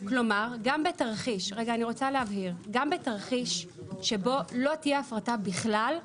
כלומר גם בתרחיש שלא תהיה הפרטה בכלל,